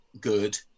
good